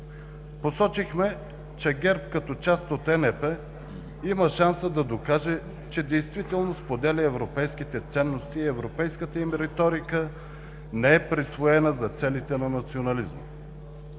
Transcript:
Посочихме, че ГЕРБ, като част от ЕНП, има шанса да докаже, че действително споделя европейските ценности и европейската им риторика не е присвоена за целите на национализма.